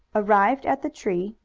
arrived at the tree,